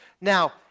Now